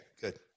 Good